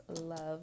love